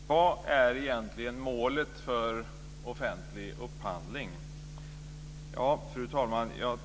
Fru talman! Vad är egentligen målet för offentlig upphandling?